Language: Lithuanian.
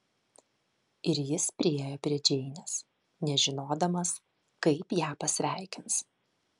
ir jis priėjo prie džeinės nežinodamas kaip ją pasveikins